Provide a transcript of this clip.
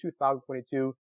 2022